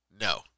No